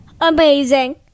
amazing